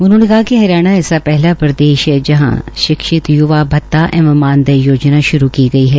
उन्होंने कहा कि हरियाणा ऐसा पहला प्रदेश है जहां शिक्षित य्वा भत्ता एवं मानेदय योजना श्रू की गई है